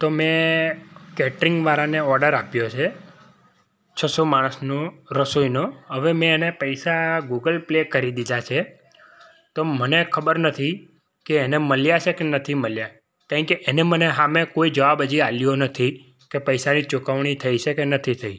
તો મેં કેટરિંગ વારાને ઓડર આપ્યો છે છસો માણસનું રસોઈનો હવે મેં એને પૈસા ગૂગલ પે કરી દીધા છે તો મને ખબર નથી કે એને મળ્યા છે કે નથી મળ્યા કંઈ કે એને મને સામે કોઈ જવાબ હજી આપ્યો નથી કે પૈસાની ચુકવણી થઈ છે કે નથી થઈ